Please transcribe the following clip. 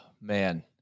man